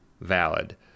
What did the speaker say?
valid